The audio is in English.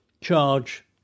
Charge